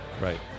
Right